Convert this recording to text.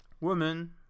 woman